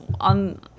on